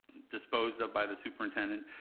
disposed of by the superintendent,